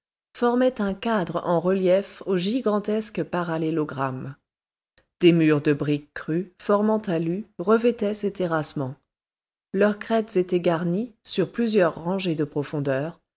formaient un cadre en relief au gigantesque parallélogramme des murs de briques crues formant talus revêtaient ces terrassements leurs crêtes étaient garnies sur plusieurs rangées de profondeur